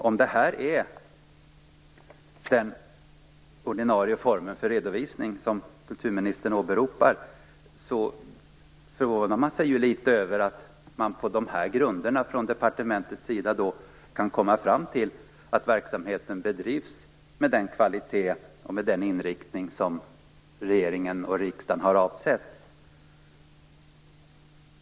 Om det här är den ordinarie form för redovisning som kulturministern åberopar förvånar man sig ju litet över att man på dessa grunder från departementets sida kan komma fram till att verksamheten bedrivs med den kvalitet och den inriktning som regeringen och riksdagen har avsett.